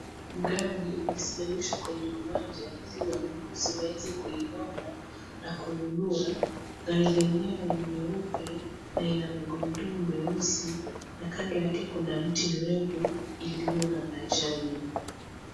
Gari limesimamiswa kwenye uwanja, ili wanunuzi waweze kuiona na kununua. Gari lenyewe ni nyeupe na ina magurudumu meusi, na kando yake kuna mti mrefu, iliyo na majani.